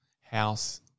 house